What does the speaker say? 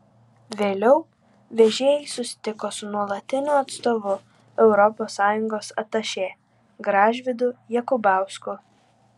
vėliau vežėjai susitiko su nuolatiniu atstovu europos sąjungos atašė gražvydu jakubausku